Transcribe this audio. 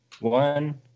one